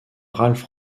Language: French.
ralph